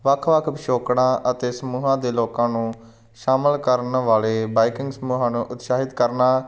ਵੱਖ ਵੱਖ ਪਿਛੋਕੜਾਂ ਅਤੇ ਸਮੂਹਾਂ ਦੇ ਲੋਕਾਂ ਨੂੰ ਸ਼ਾਮਿਲ ਕਰਨ ਵਾਲੇ ਬਾਈਕਿੰਗ ਸਮੂਹਾਂ ਨੂੰ ਉਤਸ਼ਾਹਿਤ ਕਰਨਾ